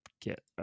get